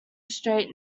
straight